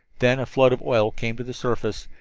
then a flood of oil came to the surface